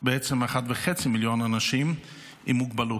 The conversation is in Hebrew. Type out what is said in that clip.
בעצם 1.5 מיליון אנשים עם מוגבלות.